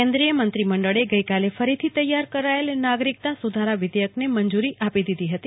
કેન્દ્રીય મંત્રીમંડળે ગઇકાલે ફરીથી તેયાર કરાયેલા નાગરીકતા સુધારા વિધેયકને મંજૂરી આપી દીધી હતી